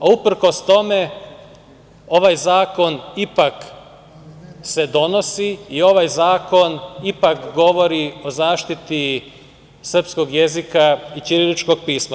Uprkos tome, ovaj zakon ipak se donosi i ovaj zakon ipak govori o zaštiti srpskog jezika i ćiriličkog pisma.